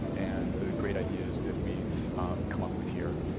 and the great ideas that we've come up with here.